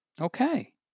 Okay